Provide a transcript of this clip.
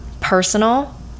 personal